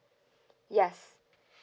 yes